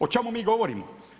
O čemu mi govorimo.